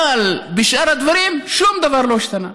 אבל בשאר הדברים שום דבר לא השתנה: